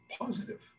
positive